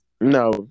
No